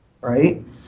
right